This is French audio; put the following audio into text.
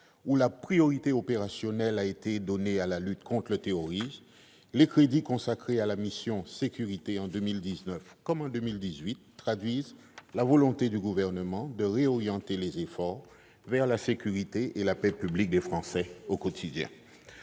où la priorité opérationnelle a été donnée à la lutte contre le terrorisme, les crédits consacrés à la mission « Sécurités » en 2019, comme en 2018, traduisent la volonté du Gouvernement de réorienter les efforts vers la sécurité et la paix publique des Français au quotidien.